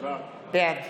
בעד